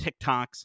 TikToks